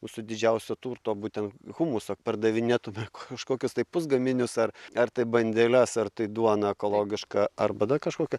mūsų didžiausio turto būtent humuso pardavinėtume kažkokius tai pusgaminius ar ar tai bandeles ar tai duoną ekologišką arba dar kažkokią